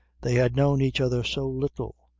they had known each other so little.